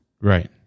Right